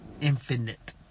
infinite